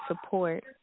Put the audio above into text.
support